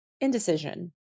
indecision